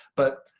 but